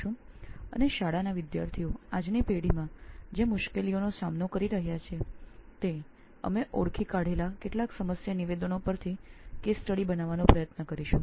અને આજની પેઢીમાં શાળાના વિદ્યાર્થીઓ જે મુશ્કેલીઓનો સામનો કરી રહ્યા છે તે આપણે શોધેલા કેટલાક સમસ્યા નિવેદનો પર કેસ સ્ટડી બનાવવાનો પ્રયત્ન કરીશું